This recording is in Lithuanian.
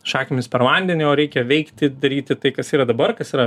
šakėmis per vandenį o reikia veikti daryti tai kas yra dabar kas yra